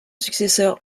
successeur